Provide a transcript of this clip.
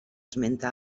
esmenta